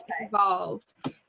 involved